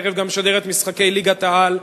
הערב גם משדרת משחקי ליגת-העל,